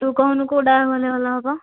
ତୁ କହୁନୁ କେଉଁ ଢାବାକୁ ଗଲେ ଭଲ ହେବ